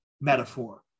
metaphor